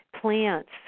plants